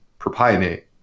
propionate